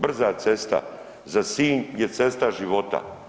Brza cesta za Sinj je cesta života.